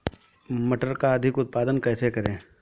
मटर का अधिक उत्पादन कैसे करें?